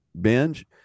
binge